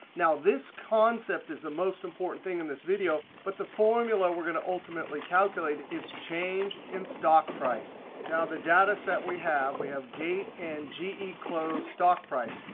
now this concept is the most important thing in this video. but the formula we're going to ultimately calculate is change in stock price. now, the data set we have, we have date and ge close stock price.